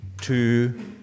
two